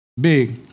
big